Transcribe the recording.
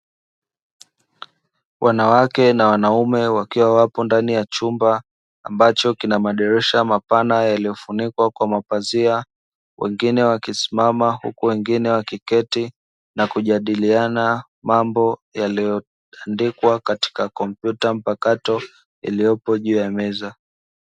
Wanawake na wanaume wakiwa wapo ndani ya chumba ambacho kina madirisha mapana yaliyofunikwa kwa mapazia, wengine wakisimama huku wengine wakiketi na kujadiliana mambo yaliyo andikwa katika kompyuta mpakato iliyopo juu ya meza.